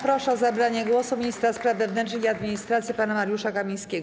Proszę o zabranie głosu ministra spraw wewnętrznych i administracji pana Mariusza Kamińskiego.